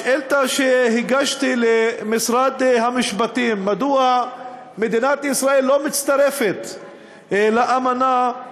בשאילתה שהגשתי למשרד המשפטים: מדוע מדינת ישראל לא מצטרפת לאמנה,